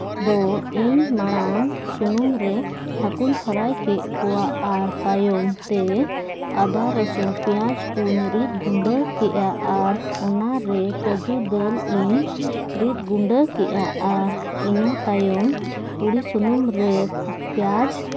ᱫᱚ ᱤᱧ ᱢᱟᱲᱟᱝ ᱥᱩᱱᱩᱢ ᱨᱮ ᱦᱟᱹᱠᱩᱧ ᱯᱷᱮᱨᱟᱭ ᱠᱮᱫ ᱠᱚᱣᱟ ᱟᱨ ᱛᱟᱭᱚᱢᱛᱮ ᱟᱫᱟ ᱨᱟᱹᱥᱩᱱ ᱯᱮᱸᱭᱟᱡᱽ ᱠᱚᱧ ᱨᱤᱫ ᱜᱩᱰᱟᱹ ᱠᱮᱜᱼᱟ ᱟᱨ ᱚᱱᱟ ᱨᱮ ᱠᱟᱹᱡᱩ ᱫᱟᱹᱞ ᱤᱧ ᱨᱤᱫ ᱜᱩᱰᱟᱹ ᱠᱮᱜᱼᱟ ᱟᱨ ᱤᱱᱟᱹ ᱛᱟᱭᱚᱢ ᱛᱩᱲᱤ ᱥᱩᱱᱩᱢ ᱨᱮ ᱯᱮᱸᱭᱟᱡᱽ